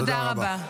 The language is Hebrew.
תודה רבה.